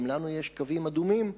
גם לנו יש קווים אדומים.